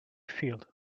field